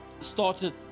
started